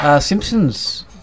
Simpsons